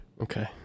Okay